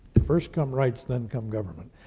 first come rights, then come government.